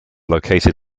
located